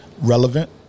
relevant